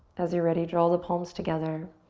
as you ready, draw all the palms together.